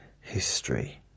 history